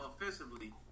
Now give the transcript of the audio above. Offensively